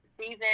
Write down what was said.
season